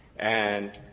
and,